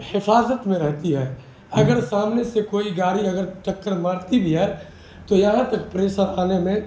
حفاظت میں رہتی ہے اگر سامنے سے کوئی گاڑی اگر چکر مارتی بھی ہے تو یہاں تک پریشر آنے میں